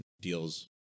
deals